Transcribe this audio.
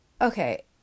Okay